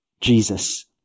Jesus